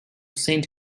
saint